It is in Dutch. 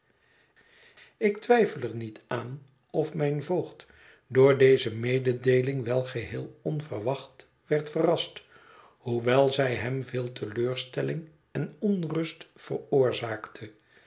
ik twijfel er niet aan of mijn voogd door deze mededeeling wel geheel onverwacht werd verrast hoewel zij hem veel teleurstelling en onrust veroorzaakte